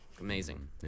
amazing